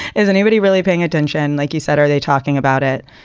is anybody really paying attention, like you said? are they talking about it?